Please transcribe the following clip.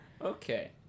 Okay